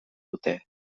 dute